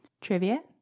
trivia